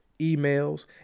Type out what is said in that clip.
emails